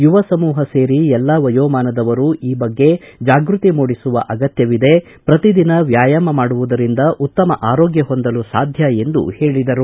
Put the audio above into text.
ಯುವ ಸಮೂಹ ಸೇರಿ ಎಲ್ಲ ವಯೋಮಾನದವರೂ ಈ ಬಗ್ಗೆ ಜಾಗೃತಿ ಮೂಡಿಸುವ ಅಗತ್ತವಿದೆ ಪ್ರತಿದಿನ ವ್ಯಾಯಾಮ ಮಾಡುವುದರಿಂದ ಉತ್ತಮ ಆರೋಗ್ಯ ಹೊಂದಲು ಸಾಧ್ಯ ಎಂದು ಹೇಳಿದರು